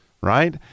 right